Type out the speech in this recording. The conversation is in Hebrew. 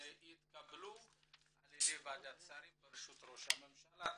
שהתקבלו על ידי ועדת השרים בראשות ראש הממשלה,